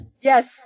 yes